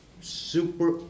super